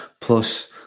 plus